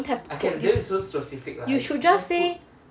don't have to put this you should just say